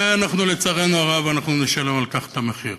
ואנחנו, לצערנו הרב, אנחנו נשלם על כך את המחיר.